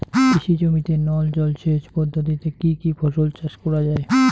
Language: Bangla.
কৃষি জমিতে নল জলসেচ পদ্ধতিতে কী কী ফসল চাষ করা য়ায়?